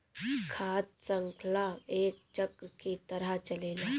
खाद्य शृंखला एक चक्र के तरह चलेला